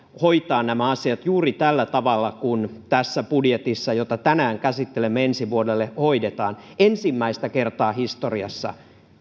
hoitaa nämä asiat juuri tällä tavalla kuin hoidetaan tässä budjetissa jota tänään käsittelemme ensi vuodelle ensimmäistä kertaa historiassa